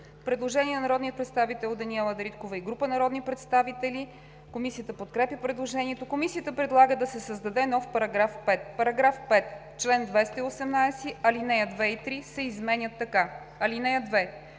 Предложение от народния представител Даниела Дариткова и група народни представители. Комисията подкрепя предложението. Комисията предлага да се създаде нов § 5: „§ 5. В чл. 218, ал. 2 и 3 се изменят така: (2)